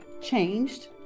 changed